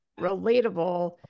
relatable